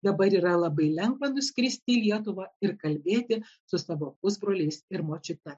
dabar yra labai lengva nuskristi į lietuvą ir kalbėti su savo pusbroliais ir močiute